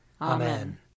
Amen